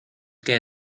que